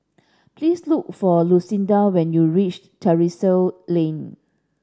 please look for Lucindy when you reach Terrasse Lane